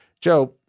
Joe